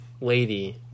lady